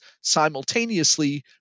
simultaneously